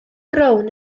brown